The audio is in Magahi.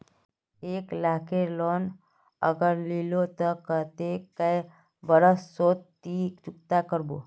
एक लाख केर लोन अगर लिलो ते कतेक कै बरश सोत ती चुकता करबो?